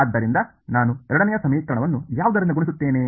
ಆದ್ದರಿಂದ ನಾನು ಎರಡನೆಯ ಸಮೀಕರಣವನ್ನು ಯಾವುದರಿಂದ ಗುಣಿಸುತ್ತೇನೆ